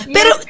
Pero